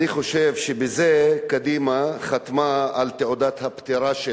אני חושב שבזה קדימה חתמה על תעודת הפטירה שלה,